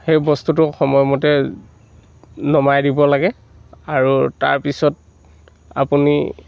সেই বস্তুটো সময়মতে নমাই দিব লাগে আৰু তাৰপিছত আপুনি